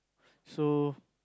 so